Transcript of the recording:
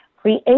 Create